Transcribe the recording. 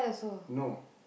no